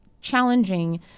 challenging